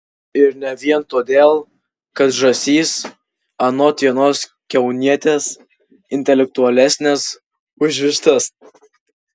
ir ne vien todėl kad žąsys anot vienos kaunietės intelektualesnės už vištas